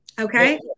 okay